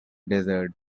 desert